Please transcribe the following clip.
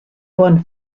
won